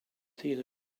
theater